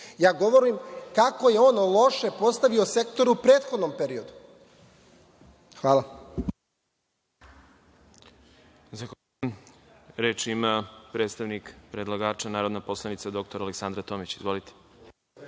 Ja govorim kako je on loše postavio sektor u prethodnom periodu. Hvala.